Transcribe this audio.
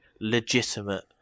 legitimate